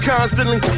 Constantly